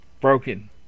broken